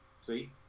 see